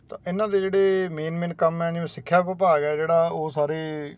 ਤਾਂ ਇਹਨਾਂ ਦੇ ਜਿਹੜੇ ਮੇਨ ਮੇਨ ਕੰਮ ਆ ਨੇ ਉਹ ਸਿੱਖਿਆ ਵਿਭਾਗ ਹੈ ਜਿਹੜਾ ਉਹ ਸਾਰੇ